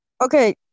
Okay